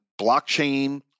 blockchain